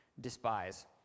despise